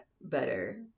better